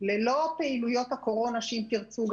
ללא פעילויות הקורונה אם תרצו,